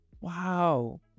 Wow